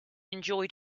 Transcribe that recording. enjoyed